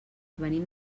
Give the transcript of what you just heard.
venim